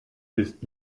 ist